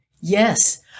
Yes